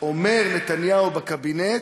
אומר נתניהו בקבינט: